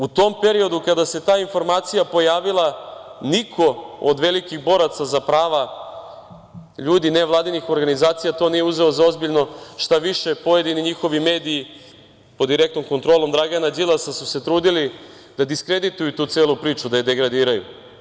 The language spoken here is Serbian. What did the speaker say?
U tom periodu kada se ta informacija pojavila niko od velikih boraca za prava ljudi, nevladinih organizacija nije uzeo za ozbiljno, šta više njihovi pojedini mediji, pod direktnom kontrolom Dragana Đilasa, su se trudili da diskredituju tu celu priču, da je degradiraju.